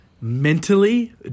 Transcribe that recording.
mentally